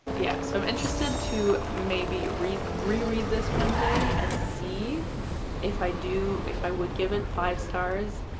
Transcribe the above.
yes i'm interested to maybe reread reread this one day and see if i do if i would give it five stars,